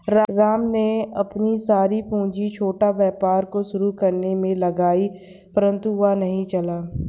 राम ने अपनी सारी पूंजी छोटा व्यापार को शुरू करने मे लगाई परन्तु वह नहीं चला